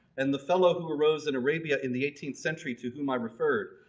and the fellow who arose in arabia in the eighteenth century to whom i referred,